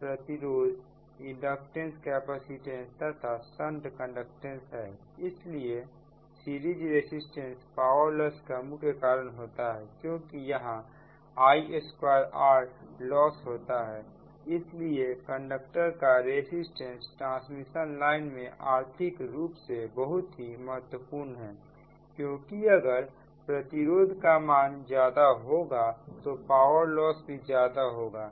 प्रतिरोध इंडक्टेंसकैपेसिटेंस तथा shunt conductance है इसलिए सीरीज रेसिस्टेंट पावर लॉस का मुख्य कारण होता है क्योंकि यहां I2R लॉस होता है इसलिए कंडक्टर का रेसिस्टेंट ट्रांसमिशन लाइन में आर्थिक रूप से बहुत ही महत्वपूर्ण है क्योंकि अगर प्रतिरोध का मान ज्यादा होगा तो पावर लॉस भी ज्यादा होगा